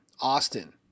Austin